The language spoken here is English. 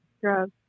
drugs